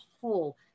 whole